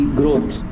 growth